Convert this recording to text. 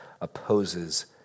opposes